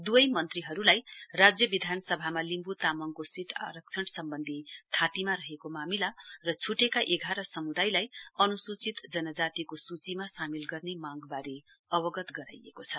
दुवै मन्त्रीहरुलाई राज्य विधानसभामा लिम्बु तामाङको सीट आरक्षण सम्बन्धी थाँतीमा रहेको मामिला र छुटेका एघार समुदायलाई अनुसूचित जनजातिको सूचीमा सामेल गर्ने मांगवारे अवगत गराइएको छ